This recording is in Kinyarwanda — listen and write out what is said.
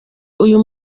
uyu